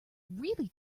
really